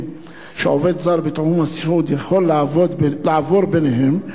שעובד זר בתחום הסיעוד יכול לעבור ביניהם,